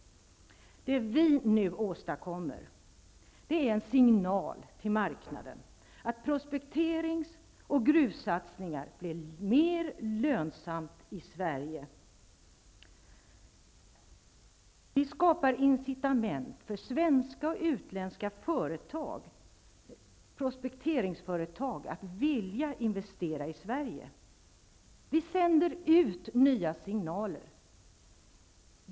Det vi nu åstadkommer är att vi skapar incitament för svenska och utländska prospekteringsföretag att vilja investera i Sverige. Vi sänder ut nya signaler.